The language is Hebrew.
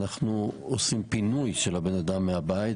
אנחנו עושים פינוי של הבן אדם מהבית.